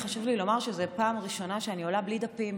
חשוב לי לומר שזו הפעם הראשונה שאני עולה בלי דפים,